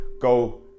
go